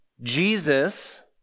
Jesus